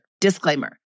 Disclaimer